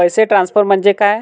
पैसे ट्रान्सफर म्हणजे काय?